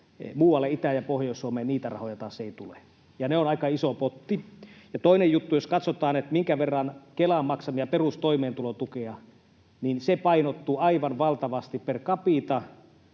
Muualle Itä- ja Pohjois-Suomeen niitä rahoja taas ei tule, ja se on aika iso potti. Toinen juttu: Jos katsotaan, minkä verran Kela maksaa perustoimeentulotukea, niin se painottuu aivan valtavasti per capita,